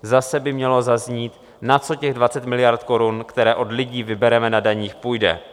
Zase by mělo zaznít, na co těch 20 miliard korun, které od lidí vybereme na daních, půjde.